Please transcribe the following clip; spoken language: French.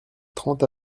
trente